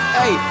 hey